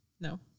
No